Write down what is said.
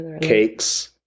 cakes